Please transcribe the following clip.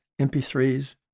MP3s